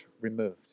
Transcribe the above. removed